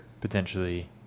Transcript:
potentially